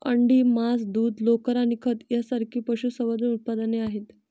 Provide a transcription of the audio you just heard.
अंडी, मांस, दूध, लोकर आणि खत यांसारखी पशुसंवर्धन उत्पादने आहेत